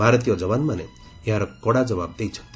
ଭାରତୀୟ ଯବାନମାନେ ଏହାର କଡ଼ା ଜବାବ ଦେଇଛନ୍ତି